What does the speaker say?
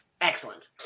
excellent